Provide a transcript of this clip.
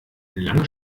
lange